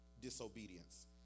Disobedience